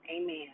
amen